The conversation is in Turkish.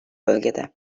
bölgede